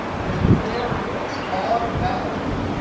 and there it is. automatically,